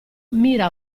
mira